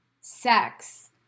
sex